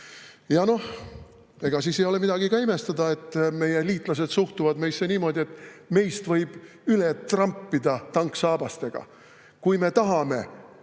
Ja noh, ega siis ei ole midagi ka imestada, et meie liitlased suhtuvad meisse niimoodi, et meist võib üle trampida tanksaabastega. Kui me tahame